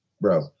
Bro